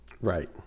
Right